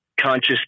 conscious